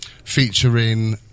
Featuring